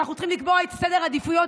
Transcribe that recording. אנחנו צריכים לקבוע את סדר העדיפויות,